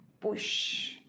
push